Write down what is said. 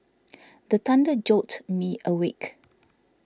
the thunder jolt me awake